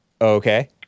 Okay